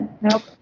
nope